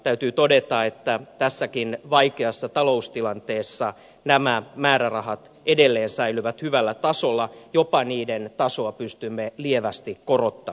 täytyy todeta että tässäkin vaikeassa taloustilanteessa nämä määrärahat edelleen säilyvät hyvällä tasolla jopa niiden tasoa pystymme lievästi korottamaan